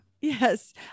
Yes